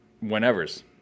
whenever's